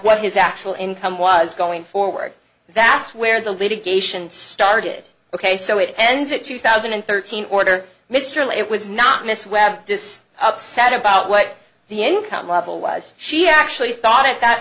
what his actual income was going forward that's where the litigation started ok so it ends that two thousand and thirteen order mr lay it was not miss webb this upset about what the income level was she actually thought at that